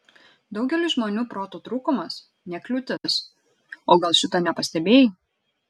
daugeliui žmonių proto trūkumas ne kliūtis o gal šito nepastebėjai